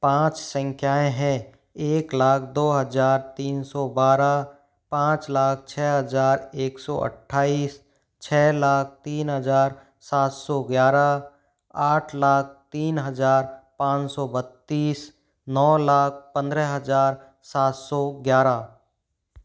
पाँच संख्याएं है एक लाख दो हज़ार तीन सौ बाराह पाँच लाख छः हज़ार एक सौ अट्ठाइस छः लाख तीन हज़ार सात सौ ग्यारह आठ लाख तीन हज़ार पाँच सौ बत्तीस नौ लाख पंद्रह हज़ार सात सौ ग्यारह